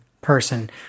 person